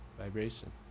vibration